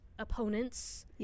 opponents